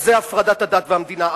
זה הפרדת הדת והמדינה,